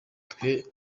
twe